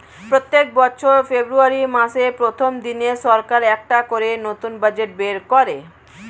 প্রত্যেক বছর ফেব্রুয়ারি মাসের প্রথম দিনে সরকার একটা করে নতুন বাজেট বের করে